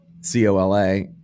C-O-L-A